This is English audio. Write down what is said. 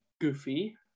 goofy